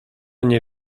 nie